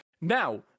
Now